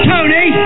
Tony